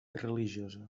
religiosa